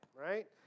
right